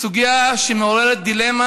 סוגיה שמעוררת דילמה,